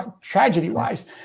tragedy-wise